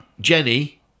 Jenny